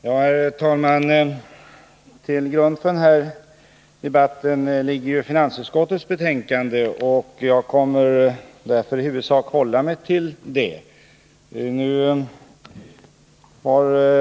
Herr talman! Till grund för denna debatt ligger finansutskottets betänkande 15. Jag kommer därför i huvudsak att hålla mig till detta.